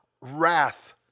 wrath